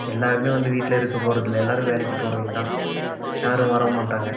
எல்லாருமே வந்து வீட்டில் இருக்க போகறது இல்லை எல்லாரும் வேலைக்கு போறவங்க தான் யாரும் வரவும் மாட்டாங்க